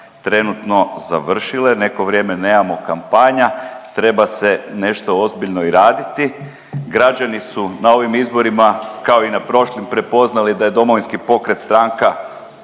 trenutno završile, neko vrijeme nemamo kampanja, treba se nešto ozbiljno i raditi. Građani su na ovim izborima, kao i na prošlim, prepoznali da je Domovinski pokret stranka